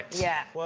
yeah.